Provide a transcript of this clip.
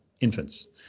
infants